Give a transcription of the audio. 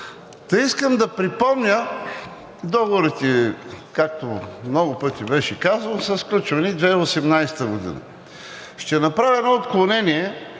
та искам да припомня – договорите, както много пъти беше казано, са сключвани 2018 г. Ще направя и едно отклонение